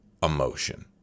Emotion